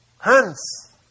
Hands